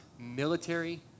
military